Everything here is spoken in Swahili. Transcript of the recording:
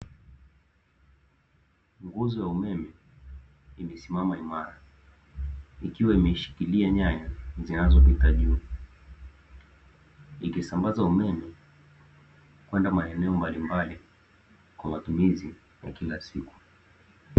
Nguzo ya umeme imesimama imara, ikiwa imeishikilia nyaya zinazo pita juu ikisambaza umeme, kwenda maeneo mbalimbali kwa matumizi ya kila siku.